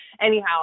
anyhow